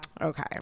Okay